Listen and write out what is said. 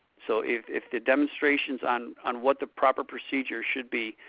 so if if the demonstration is on on what the proper procedure should be,